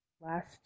last